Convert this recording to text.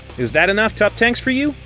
is that enough top tanks for you?